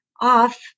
off